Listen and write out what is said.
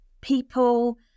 People